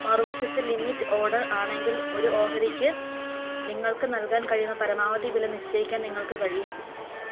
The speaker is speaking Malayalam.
മറുവശത്ത് ലിമിറ്റ് ഓഡർ ആണെങ്കിൽ ഒരു ഓഹരിക്ക് നിങ്ങൾക്ക് നൽകാൻ കഴിയുന്ന പരമാവധി വില നിശ്ചയിക്കാൻ നിങ്ങൾക്ക് കഴിയും